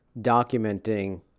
documenting